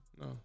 No